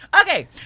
Okay